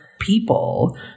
people